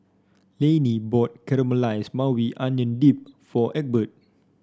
Laney bought Caramelized Maui Onion Dip for Egbert